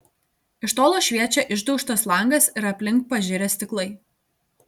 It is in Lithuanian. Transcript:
iš tolo šviečia išdaužtas langas ir aplink pažirę stiklai